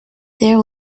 there